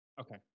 Okay